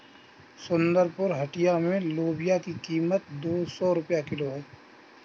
सुंदरपुर हटिया में लोबिया की कीमत दो सौ रुपए किलो है